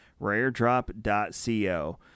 Raredrop.co